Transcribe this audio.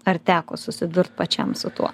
ar teko susidurt pačiam su tuo